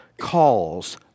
calls